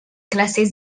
classes